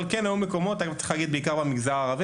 אבל כן היו מקומות בעיקר במגזר הערבי